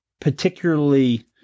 particularly